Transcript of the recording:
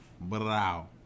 Brow